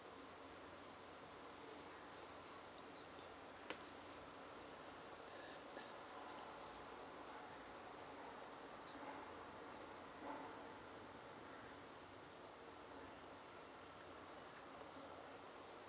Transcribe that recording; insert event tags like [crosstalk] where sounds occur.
[breath]